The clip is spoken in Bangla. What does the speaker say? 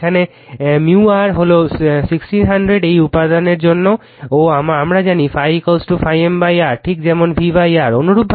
এখানে µr হলো 1600 এই উপাদানের জন্য ও আমরা জানি ∅ F m R ঠিক যেমন V R